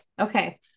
Okay